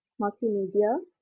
multimedia,